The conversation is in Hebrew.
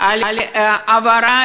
על העברה